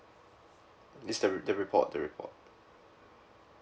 it's the re~ the report the report